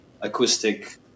acoustic